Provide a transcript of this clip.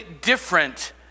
different